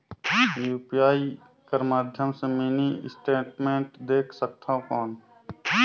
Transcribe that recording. UPI कर माध्यम से मिनी स्टेटमेंट देख सकथव कौन?